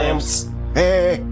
Hey